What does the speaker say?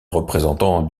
représentant